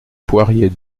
poirier